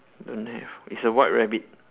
don't have it's a white rabbit